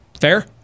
Fair